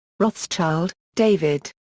rothschild, david.